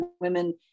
women